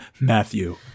matthew